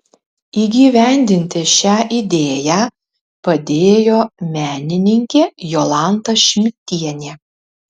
įgyvendinti šią idėją padėjo menininkė jolanta šmidtienė